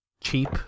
cheap